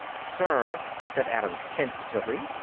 sir, said adams tentatively.